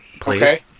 please